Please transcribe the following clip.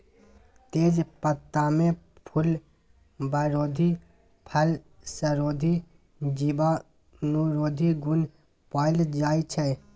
तेजपत्तामे फुलबरोधी, फंगसरोधी, जीवाणुरोधी गुण पाएल जाइ छै